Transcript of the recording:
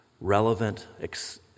relevant